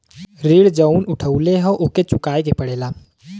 ऋण जउन उठउले हौ ओके चुकाए के पड़ेला